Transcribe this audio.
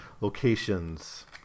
locations